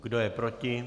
Kdo je proti?